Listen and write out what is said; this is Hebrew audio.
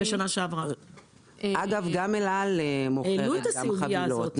אגב, גם אל על מוכרת חבילות.